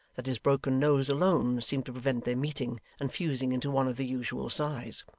that his broken nose alone seemed to prevent their meeting and fusing into one of the usual size.